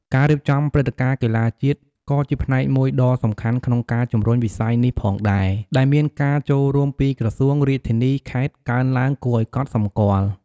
ការរៀបចំព្រឹត្តិការណ៍កីឡាជាតិ ក៏ជាផ្នែកមួយដ៏សំខាន់ក្នុងការជំរុញវិស័យនេះផងដែរ ដែលមានការចូលរួមពីក្រសួង រាជធានី-ខេត្ត កើនឡើងគួរឱ្យកត់សម្គាល់។